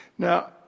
Now